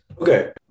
Okay